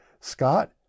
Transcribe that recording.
Scott